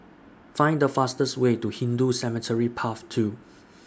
Find The fastest Way to Hindu Cemetery Path two